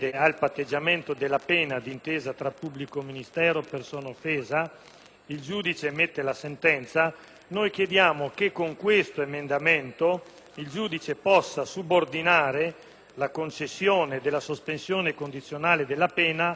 il giudice emette la sentenza. Con l'emendamento in esame si chiede che il giudice possa subordinare la concessione della sospensione condizionale della pena all'eliminazione del danno ovvero al risarcimento del danno.